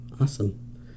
Awesome